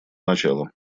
начала